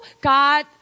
God